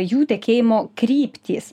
jų tekėjimo kryptys